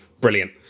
Brilliant